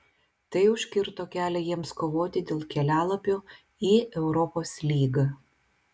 tai užkirto kelią jiems kovoti dėl kelialapio į europos lygą